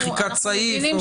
מחיקת סעיף?